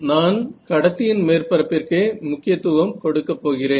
நான் கடத்தியின் மேற்பரப்பிற்கே முக்கியத்துவம் கொடுக்கப் போகிறேன்